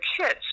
kids